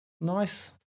Nice